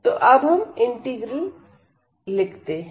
तो अब हम इंटीग्रल लिखते हैं